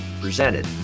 presented